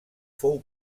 fou